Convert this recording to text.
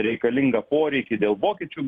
reikalingą poreikį dėl vokiečių